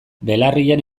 belarrian